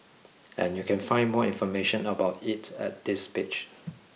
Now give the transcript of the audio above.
and you can find more information about it at this page